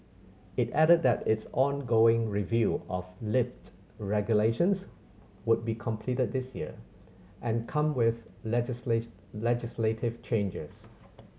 it added that its ongoing review of lift regulations would be completed this year and come with legislative changes